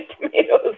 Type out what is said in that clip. tomatoes